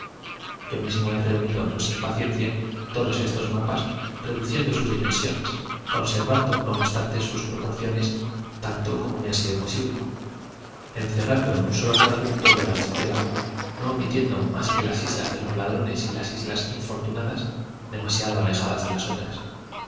yo mismo he reunido no stn paciencia todos estos mapas reduciendo sus dimensiones conservando no obstante sus proporciones tanto como me ha sido posible encerrando en un solo cuadro todo el archipiélago no omitiendo más que las islas de los ladrones y las islas infortunadas demasiado alejadas de las otras